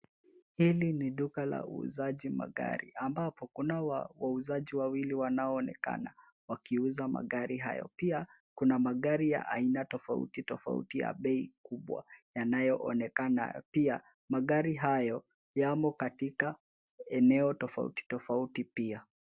Hili ni duka la uuzaji magari ambapo kuna wauzaji wawili wanaoonekana wakiuza magari hayo. Pia, kuna magari ya aina tofauti tofauti ya bei kubwa yanayoonekana. Pia, magari hayo yamo katika eneo tofauti tofauti pia.